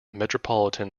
metropolitan